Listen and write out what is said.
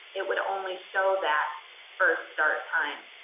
it would only show that first start time,